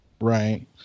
Right